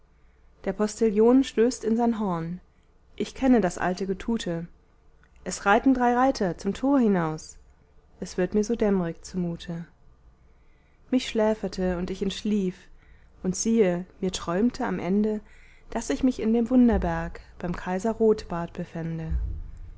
der postillion stößt in sein horn ich kenne das alte getute es reiten drei reiter zum tor hinaus es wird mir so dämmrig zumute mich schläferte und ich entschlief und siehe mir träumte am ende daß ich mich in dem wunderberg beim kaiser rotbart befände